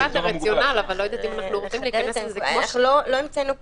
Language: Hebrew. אנחנו לא המצאנו כאן,